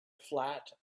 flat